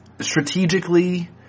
strategically